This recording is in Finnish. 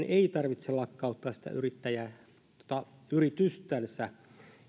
ei tarvitse lakkauttaa sitä yritystänsä